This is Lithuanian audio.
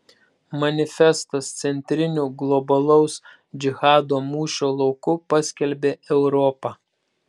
manifestas centriniu globalaus džihado mūšio lauku paskelbė europą